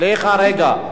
סליחה רגע.